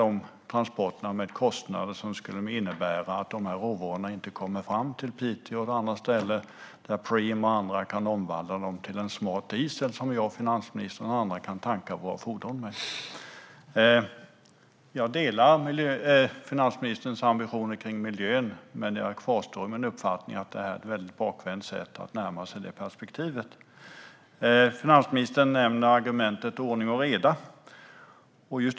De transporterna skulle beläggas med kostnader som skulle innebära att råvarorna inte skulle komma fram till Piteå och andra ställen där Preem och andra kan omvandla dem till smart diesel, som jag, finansministern och andra kan tanka våra fordon med. Jag delar finansministerns ambitioner när det gäller miljön. Men min uppfattning att det här är ett bakvänt sätt att närma sig det problemet kvarstår. Finansministern nämner argumentet ordning och reda.